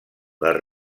les